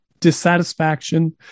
dissatisfaction